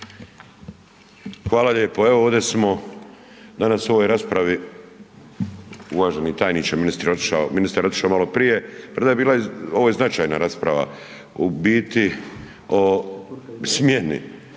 Hvala lijepo. Evo ovdje smo danas u ovoj raspravi, uvaženi tajniče, ministar je otišao maloprije, ovo je značajna rasprava u biti o smjeni